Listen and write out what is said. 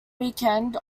weekend